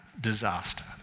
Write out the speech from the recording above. disaster